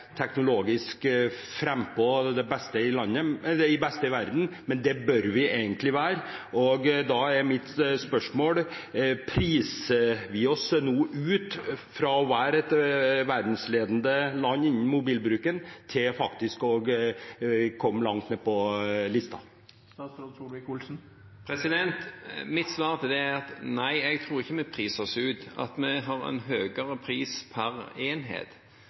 teknologisk frampå og best i verden, men det bør vi egentlig være. Da er mitt spørsmål: Priser vi oss nå ut, fra å være et verdensledende land innen mobilbruk til faktisk å komme langt ned på listen? Mitt svar til det er nei, jeg tror ikke vi priser oss ut. At vi har en høyere pris per enhet,